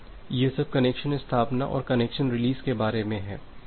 तो यह सब कनेक्शन स्थापना और कनेक्शन रिलीज के बारे में है